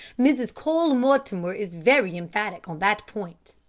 mrs. cole-mortimer is very emphatic on that point.